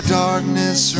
darkness